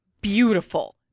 beautiful